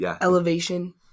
Elevation